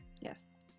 Yes